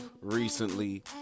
recently